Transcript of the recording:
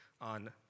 on